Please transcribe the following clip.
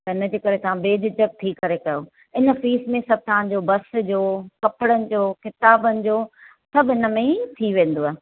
हिनजे करे तव्हां बेझिझकु थी करे करो हिन फीस में सभु तव्हां जो बस जो कपिड़नि जो किताबनि जो सभु हिनमें ई थी वेंदव